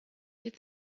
did